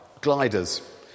gliders